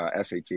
SAT